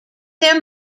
their